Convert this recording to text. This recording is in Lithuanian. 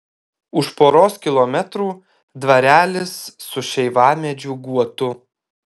už poros kilometrų dvarelis su šeivamedžių guotu